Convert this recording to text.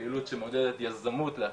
פעילות שמעודדת יזמות לאקלים.